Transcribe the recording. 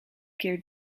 keer